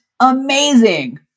Amazing